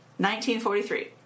1943